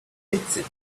exit